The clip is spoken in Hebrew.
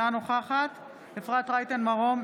אינה נוכחת אפרת רייטן מרום,